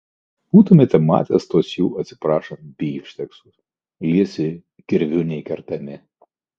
kad būtumėte matę tuos jų atsiprašant bifšteksus liesi kirviu neįkertami